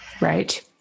Right